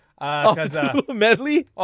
Medley